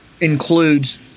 includes